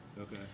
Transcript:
Okay